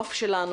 לנוף שלנו,